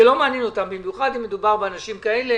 זה לא מעניין אותם במיוחד, כי מדובר באנשים כאלה